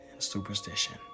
superstition